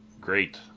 great